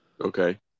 Okay